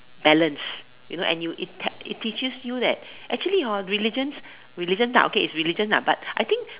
balanced you know and you it it teaches you that actually hor religions religions ah it's religions lah but I think